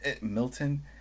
Milton